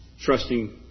trusting